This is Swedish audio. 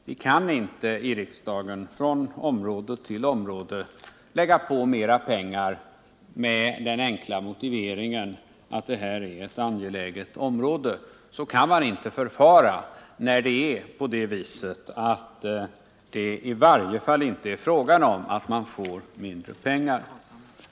Vi kan inte i riksdagen från område till område lägga på mera pengar med den enkla motiveringen att de är angelägna områden. Så kan vi inte förfara när det i varje fall inte är fråga om att man får mindre pengar.